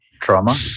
trauma